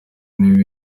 niwe